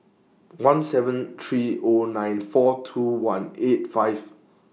one seven three O nine four two one eight five